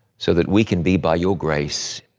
so that we can be, by your grace,